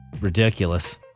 ridiculous